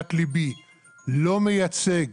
למגינת ליבי, לא מייצג